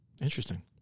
Interesting